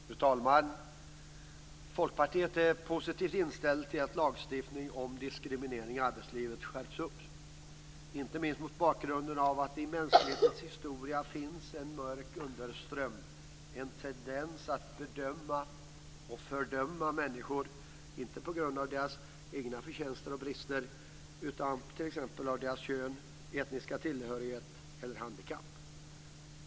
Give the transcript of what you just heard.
Fru talman! Folkpartiet är positivt inställt till att lagstiftning om diskriminering i arbetslivet skärps, inte minst mot bakgrunden av att det i mänsklighetens historia finns en mörk underström, en tendens att bedöma och fördöma människor inte på grund av deras egna förtjänster och brister utan på grund av t.ex. deras kön etniska tillhörighet eller handikapp.